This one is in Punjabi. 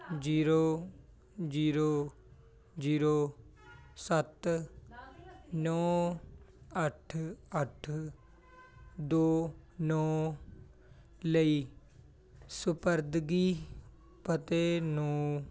ਜੀਰੋ ਜੀਰੋ ਜੀਰੋ ਸੱਤ ਨੌਂ ਅੱਠ ਅੱਠ ਦੋ ਨੌਂ ਲਈ ਸਪੁਰਦਗੀ ਪਤੇ ਨੂੰ